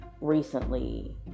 recently